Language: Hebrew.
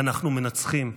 אנחנו מנצחים,